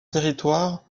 territoire